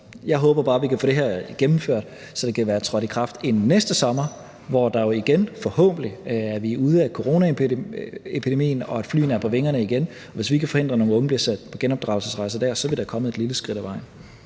jeg håber bare, at vi kan få det her gennemført, så det kan være trådt i kraft inden næste sommer, hvor vi jo igen forhåbentlig er ude af coronaepidemien og flyene er på vingerne igen, og hvis vi kan forhindre, at nogle unge bliver sendt på genopdragelsesrejser, så er vi da kommet et lille skridt på vejen.